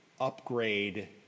upgrade